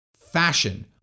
fashion